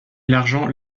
l’argent